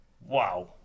Wow